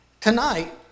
tonight